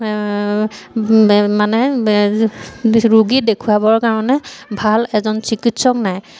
মানে ৰোগী দেখুৱাবৰ কাৰণে ভাল এজন চিকিৎসক নাই